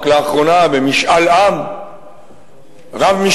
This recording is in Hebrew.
רק לאחרונה, במשאל-עם רב-משתתפים,